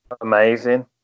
Amazing